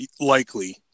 Likely